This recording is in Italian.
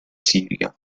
siria